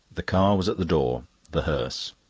the car was at the door the hearse.